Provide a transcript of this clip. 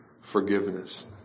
forgiveness